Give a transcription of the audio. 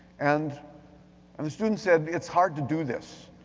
and and the students said, it's hard to do this.